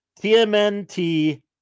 TMNT